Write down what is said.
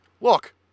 Look